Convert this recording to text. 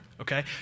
okay